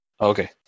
Okay